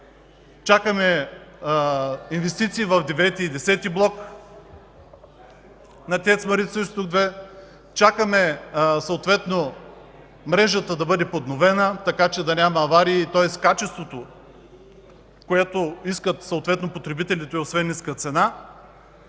чакаме инвестиции в ІХ и Х блок на ТЕЦ „Марица изток 2”, чакаме мрежата да бъде подновена, така че да няма аварии. Тоест качеството, което искат потребителите, освен ниска цена,